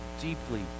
deeply